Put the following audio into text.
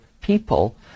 people